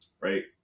Right